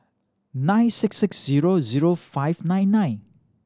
nine six six zero zero five nine nine